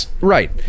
right